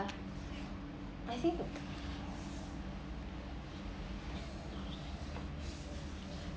I I think